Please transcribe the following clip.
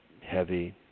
heavy